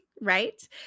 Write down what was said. right